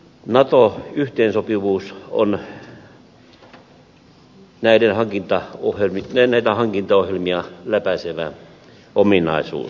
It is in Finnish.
nato yhteensopivuus on näitä hankintaohjelmia läpäisevä ominaisuus